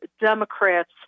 Democrats